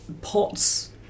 pots